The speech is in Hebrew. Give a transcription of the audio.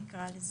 נקרא לזה,